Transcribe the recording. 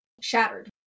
shattered